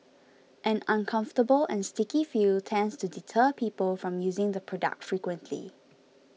an uncomfortable and sticky feel tends to deter people from using the product frequently